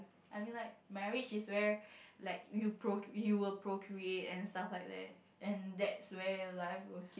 I mean like marriage is where like you broke you will broke with and stuff like that and that's way life will keep